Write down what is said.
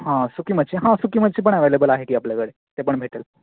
हां सुकी मच्छी हां सुकी मच्छी पण अवेलेबल आहे की आपल्याकडे ते पण भेटेल